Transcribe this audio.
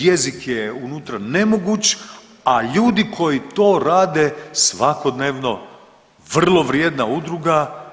Jezik je unutra nemoguć, a ljudi koji to rade svakodnevno vrlo vrijedna udruga.